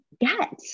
get